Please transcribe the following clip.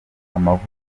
amavuta